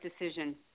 decision